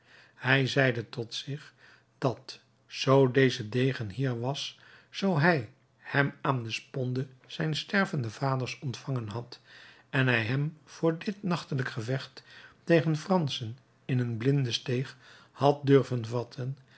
hij zeide tot zich dat zoo deze degen hier was zoo hij hem aan de sponde zijns stervenden vaders ontvangen had en hij hem voor dit nachtelijk gevecht tegen franschen in een blinde steeg had durven vatten